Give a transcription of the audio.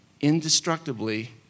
indestructibly